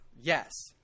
Yes